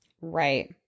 Right